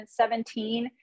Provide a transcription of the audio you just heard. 2017